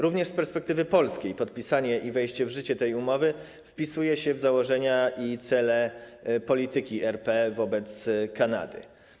Również z perspektywy polskiej podpisanie i wejście w życie tej umowy wpisuje się w założenia i cele polityki RP wobec Kanady.